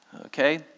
okay